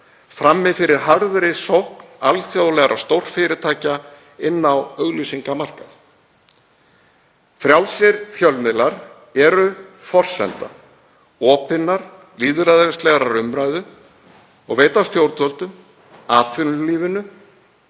frammi fyrir harðri sókn alþjóðlegra stórfyrirtækja inn á auglýsingamarkaðinn. Frjálsir fjölmiðlar eru forsenda opinnar lýðræðislegrar umræðu og veita stjórnvöldum, atvinnulífinu